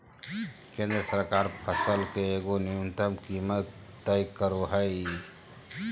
केंद्र सरकार फसल के एगो न्यूनतम कीमत तय करो हइ